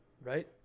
right